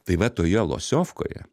tai va toje losiovkoje